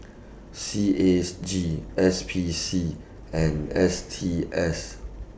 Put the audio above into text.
C A S G S P C and S T S